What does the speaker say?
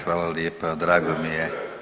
Hvala lijepa, drago mi je.